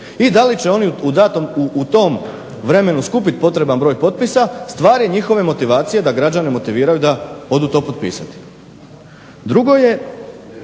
I da li će oni u tom vremenu skupit potreban broj potpisa stvar je njihove motivacije da građane motiviraju da odu to potpisati. Drugo je,